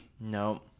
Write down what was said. No